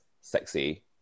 sexy